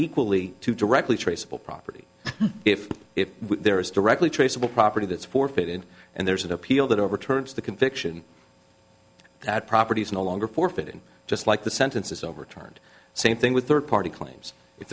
equally to directly traceable property if if there is directly traceable property that's forfeit in and there's an appeal that overturns the conviction that property is no longer forfeited just like the sentence is overturned same thing with third party claims if